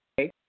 Okay